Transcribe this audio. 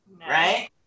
Right